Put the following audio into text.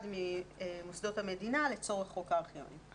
ממוסדות המדינה לצורך חוק הארכיונים.